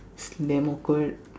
it's damn awkward